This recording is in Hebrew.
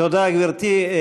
תודה, גברתי.